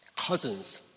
cousins